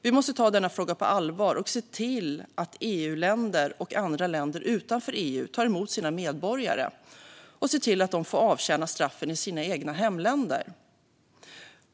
Vi måste ta denna fråga på allvar och se till att EU-länder och andra länder utanför EU tar emot sina medborgare och ser till att de får avtjäna straffen i sina egna hemländer.